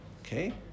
Okay